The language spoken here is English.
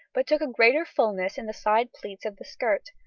but took a greater fullness in the side pleats of the skirt.